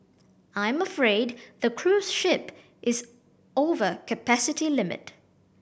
I'm afraid the cruise ship is over capacity limit